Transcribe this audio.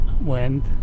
went